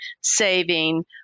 saving